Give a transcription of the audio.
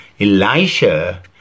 Elisha